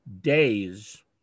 days